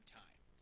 time